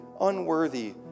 unworthy